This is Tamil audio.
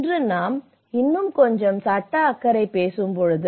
இன்று நாம் இன்னும் கொஞ்சம் சட்ட அக்கறை பேசும்போது